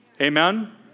Amen